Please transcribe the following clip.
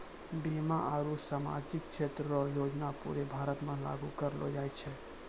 बीमा आरू सामाजिक क्षेत्र रो योजना पूरे भारत मे लागू करलो जाय छै